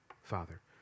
Father